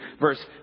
Verse